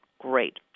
Great